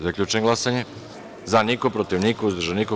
Zaključujem glasanje: za – jedan, protiv – niko, uzdržan – niko.